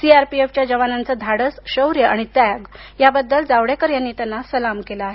सीआरपीएफच्या जवानांचे धाडस शौर्य आणि त्याग याबद्दल जावडेकर यांनी त्यांना सलाम केला आहे